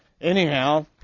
anyhow